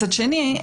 מצד שני,